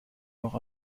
noch